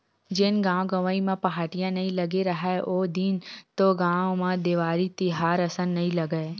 जेन गाँव गंवई म पहाटिया नइ लगे राहय ओ दिन तो गाँव म देवारी तिहार असन नइ लगय,